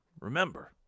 Remember